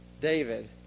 David